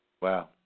Wow